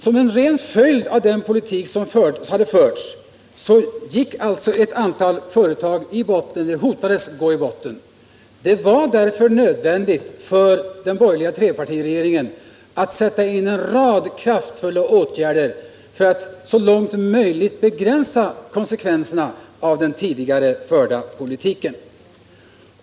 Som en ren följd av den politik som hade förts hotades också ett antal företags existens. Det var därför nödvändigt för den borgerliga trepartiregeringen att sätta in en rad kraftfulla åtgärder för att så långt möjligt begränsa konsekvenserna av den tidigare förda politiken.